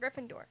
Gryffindor